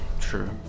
true